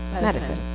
Medicine